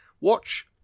watch